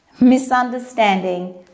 misunderstanding